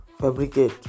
Fabricate